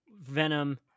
venom